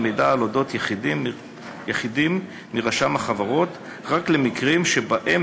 מידע על אודות יחידים מרשם החברות רק למקרים שבהם